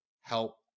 help